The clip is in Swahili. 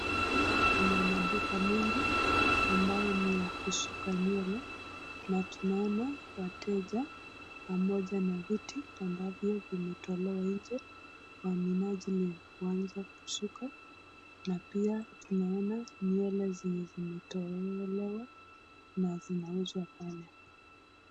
Humu kuna maduka mengi ambayo ni ya kusuka nywele, na tunaona wateja pamoja na viti ambavyo vimetolewa nje kwa minajili ya kuanza kusuka na pia tunaona nywele zenye zimetolewa na zinauzwa pale.